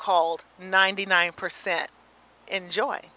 called ninety nine percent enjoy